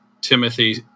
Timothy